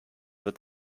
wird